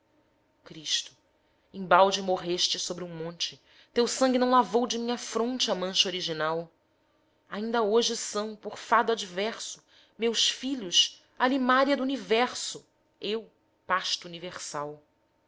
cristo embalde morreste sobre um monte teu sangue não lavou de minha fronte a mancha original ainda hoje são por fado adverso meus filhos alimária do universo eu pasto universal